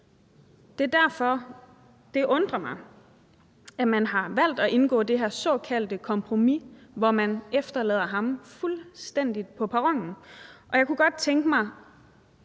Det er derfor, det undrer mig, at man har valgt at indgå det her såkaldte kompromis, hvor man fuldstændig efterlader drengen på perronen. Og jeg kunne godt tænke mig,